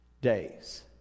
days